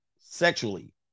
sexually